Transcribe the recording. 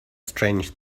strange